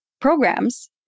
programs